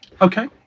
Okay